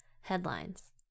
headlines